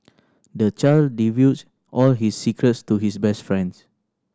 the child divulged all his secrets to his best friend